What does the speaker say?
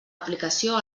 aplicació